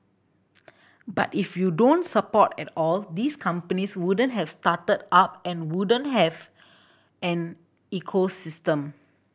but if you don't support at all these companies wouldn't have started up and wouldn't have an ecosystem